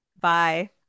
Bye